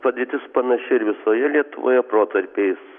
padėtis panaši ir visoje lietuvoje protarpiais